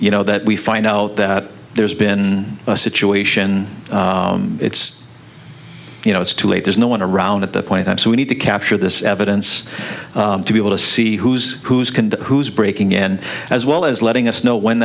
you know that we find out that there's been a situation it's you know it's too late there's no one around at that point that so we need to capture this evidence to be able to see who's who's conduct who's breaking in as well as letting us know when